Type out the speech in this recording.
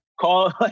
Call